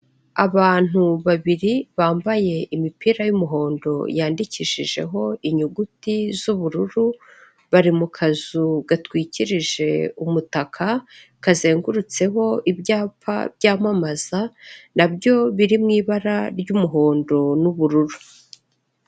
Abantu babiri bambaye imipira y'umuhondo yandikishijeho inyuguti z'ubururu bari mu kazu gatwikirije umutaka kazengurutseho ibyapa byamamaza na byo biri mu ibara ry'umuhondo n'ubururu.